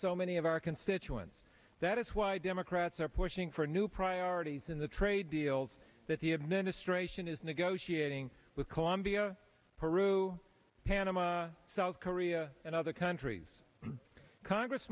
so many of our constituents that is why democrats are pushing for new priorities in the trade deals that the administration is negotiating with colombia peru panama south korea and other countries congress